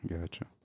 gotcha